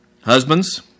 Husbands